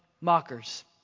mockers